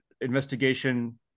investigation